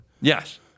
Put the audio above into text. Yes